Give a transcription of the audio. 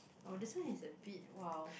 orh this one is a bit !wow!